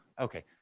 okay